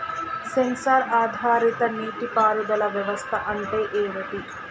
Censor ఆధారిత నీటి పారుదల వ్యవస్థ అంటే ఏమిటి?